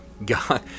god